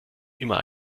immer